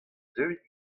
deuit